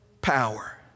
power